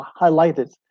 highlighted